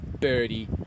birdie